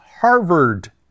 Harvard